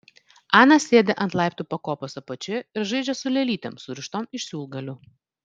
ana sėdi ant laiptų pakopos apačioje ir žaidžia su lėlytėm surištom iš siūlgalių